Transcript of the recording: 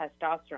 testosterone